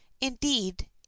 Indeed